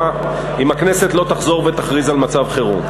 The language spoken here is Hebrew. אם הכנסת לא תחזור ותכריז על מצב חירום.